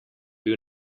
bil